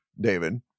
david